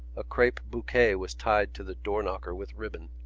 a crape bouquet was tied to the doork-nocker with ribbon.